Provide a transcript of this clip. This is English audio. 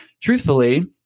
truthfully